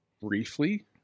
briefly